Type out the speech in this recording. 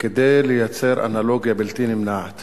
כדי לייצר אנלוגיה בלתי נמנעת